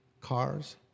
cars